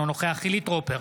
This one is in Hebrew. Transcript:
אינו נוכח חילי טרופר,